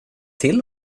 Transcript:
till